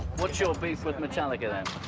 what's your beef with metallica then?